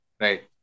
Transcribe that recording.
right